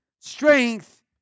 strength